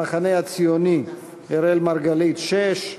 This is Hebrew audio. המחנה הציוני, אראל מרגלית עם שש,